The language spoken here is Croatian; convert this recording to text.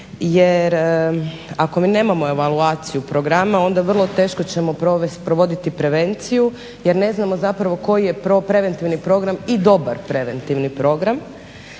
jer ako mi nemamo evaluaciju programa onda vrlo teško ćemo provoditi prevenciju jer ne znamo zapravo koji je preventivni program i dobar preventivni program.